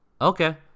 Okay